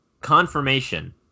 confirmation